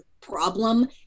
problem